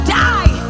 die